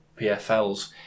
PFLs